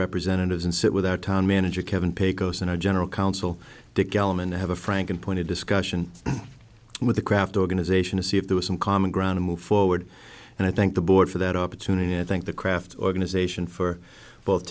representatives and sit with our town manager kevin pecos and our general counsel dick gellman to have a frank and pointed discussion with the craft organization to see if there was some common ground to move forward and i think the board for that opportunity i think the craft organization for both